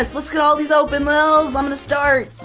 lets lets get all of these open lilz! i'm gonna start.